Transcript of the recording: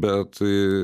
bet tai